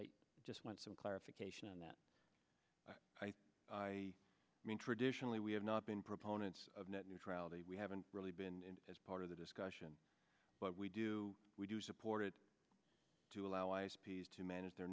i just want some clarification on that i mean traditionally we have not been proponents of net neutrality we haven't really been as part of the discussion but we do we do support it to allow s p s to manage their